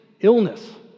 illness